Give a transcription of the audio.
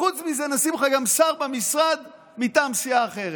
וחוץ מזה נשים לך גם שר במשרד מטעם סיעה אחרת.